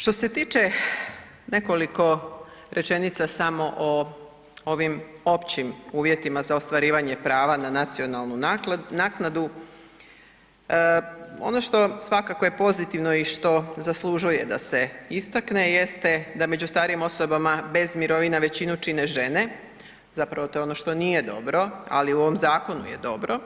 Što se tiče nekoliko rečenica samo o ovim općim uvjetima za ostvarivanje prava na nacionalnu naknadu, ono što svakako je pozitivno i što zaslužuje da se istakne jeste da među starijim osobama bez mirovine većinu čine žene, zapravo to je ono što nije dobro, ali u ovom zakonu je dobro